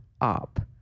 up